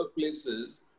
workplaces